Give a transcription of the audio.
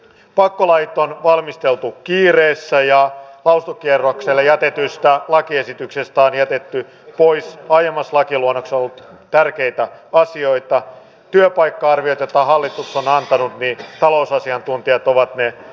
salissa on tänään kymmeniä kertoja toisteltu myös sitä että suomessa on jätetty pois ajama lakiluonnoksen tärkeitä nyt poikkeuksellinen tilanne ikään kuin tämä poikkeuksellisuus menisi jotenkin itsekseen ohi